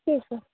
ঠিক আছে